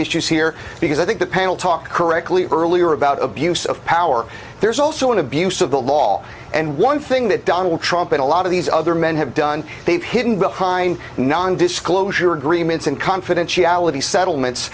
issues here because i think the panel talk correctly earlier about abuse of power there's also an abuse of the law and one thing that donald trump and a lot of these other men have done they've hidden behind nondisclosure agreements and confidentiality settlements